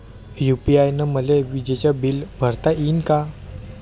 UPI न मले विजेचं बिल भरता यीन का?